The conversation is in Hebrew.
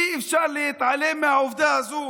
אי-אפשר להתעלם מהעובדה הזאת.